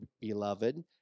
beloved